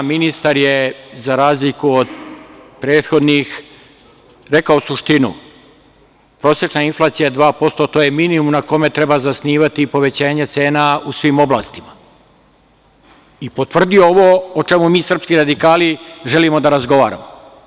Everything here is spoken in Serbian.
Ministar je, za razliku od prethodnih, rekao suštinu, prosečna inflacija od 2%, to je minimum na kome treba zasnivati i povećanje cena u svim oblastima i potvrdio ovo o čemu mi srpski radikali želimo da razgovaramo.